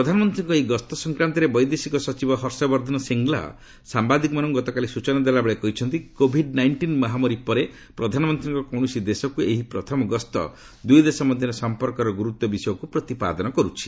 ପ୍ରଧାନମନ୍ତ୍ରୀଙ୍କ ଏହି ଗସ୍ତ ସଂକ୍ରାନ୍ତରେ ବୈଦେଶିକ ସଚିବ ହର୍ଷବର୍ଦ୍ଧନ ସିଙ୍ଗ୍ଲା ସାମ୍ବାଦିକମାନଙ୍କୁ ଗତକାଲି ସୂଚନା ଦେଲାବେଳେ କହିଛନ୍ତି କୋଭିଡ ନାଇଷ୍ଟିନ୍ ମହାମାରୀ ପରେ ପ୍ରଧାନମନ୍ତ୍ରୀଙ୍କର କୌଣସି ଦେଶକୁ ଏହି ପ୍ରଥମ ଗସ୍ତ ଦୁଇଦେଶ ମଧ୍ୟରେ ସମ୍ପର୍କର ଗୁରୁତ୍ୱ ବିଷୟକୁ ପ୍ରତିପାଦନ କରୁଛି